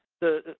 the